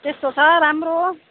त्यस्तो छ राम्रो